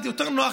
יותר נוח,